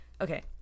okay